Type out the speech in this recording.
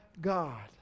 God